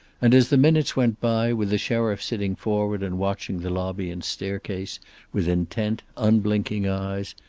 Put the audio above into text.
and, as the minutes went by, with the sheriff sitting forward and watching the lobby and staircase with intent, unblinking eyes,